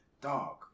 Dog